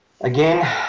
again